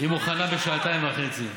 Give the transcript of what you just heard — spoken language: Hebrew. היא מוכנה בשעתיים וחצי.